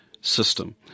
system